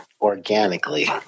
organically